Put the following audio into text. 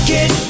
Get